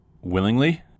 willingly